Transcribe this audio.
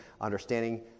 understanding